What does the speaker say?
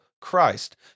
Christ